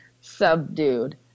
subdued